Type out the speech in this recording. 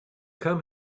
come